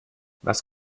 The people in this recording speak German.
was